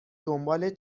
دنبال